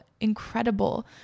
incredible